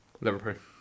Liverpool